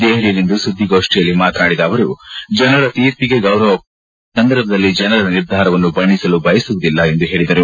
ದೆಹಲಿಯಲ್ಲಿಂದು ಸುದ್ದಿಗೋಷ್ಠಿಯಲ್ಲಿ ಮಾತನಾಡಿದ ಅವರು ಜನರ ತೀರ್ಷಿಗೆ ಗೌರವ ಕೊಡಲೇಬೇಕು ಈ ಸಂದರ್ಭದಲ್ಲಿ ಜನರ ನಿರ್ಧಾರವನ್ನು ಬಣ್ಣಿಸಲು ಬಯಸುವುದಿಲ್ಲ ಎಂದು ಹೇಳಿದರು